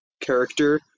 character